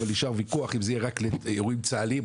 אבל נשאר ויכוח אם זה יהיה רק לאירועים צהליים,